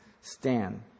stand